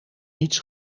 niets